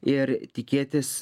ir tikėtis